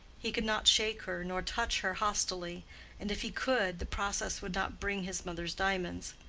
he could not shake her nor touch her hostilely and if he could, the process would not bring his mother's diamonds.